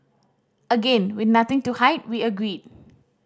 again with nothing to hide we agreed